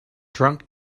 drink